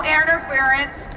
interference